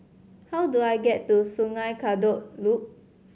how do I get to Sungei Kadut Loop